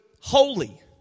holy